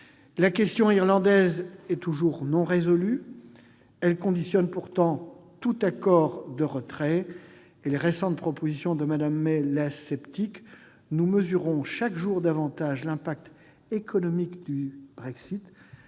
La question irlandaise n'est toujours pas résolue. Elle conditionne pourtant tout accord de retrait. Les récentes propositions de Mme May laissent sceptiques. Nous mesurons chaque jour davantage l'impact économique désastreux